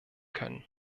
können